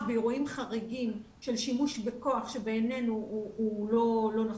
באירועים חריגים של שימוש בכוח שבעיננו הוא לא נכון,